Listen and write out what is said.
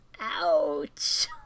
Ouch